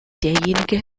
derjenige